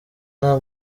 nta